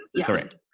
Correct